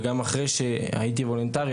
וגם אחרי שהייתי בהתנדבות,